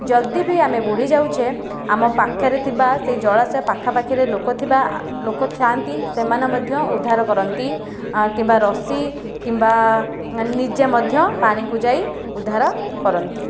ଯଦି ବି ଆମେ ବୁଡ଼ିଯାଉଛେ ଆମ ପାଖରେ ଥିବା ସେହି ଜଳାଶୟ ପାଖପାଖିରେ ଲୋକ ଥିବା ଲୋକ ଥାଆନ୍ତି ସେମାନେ ମଧ୍ୟ ଉଦ୍ଧାର କରନ୍ତି କିମ୍ବା ରଶି କିମ୍ବା ନିଜେ ମଧ୍ୟ ପାଣିକୁ ଯାଇ ଉଦ୍ଧାର କରନ୍ତି